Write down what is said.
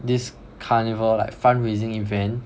this carnival like fund-raising event